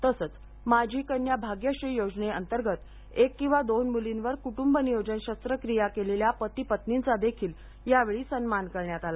तसंच माझी कन्या भाग्यश्री योजनेअंतर्गत एक किंवा दोन मुलींवर कुटुंब नियोजन शस्त्रक्रिया केलेल्या पती पत्नींचा देखील यावेळी सन्मान करण्यात आला